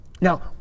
Now